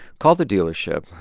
call the dealership.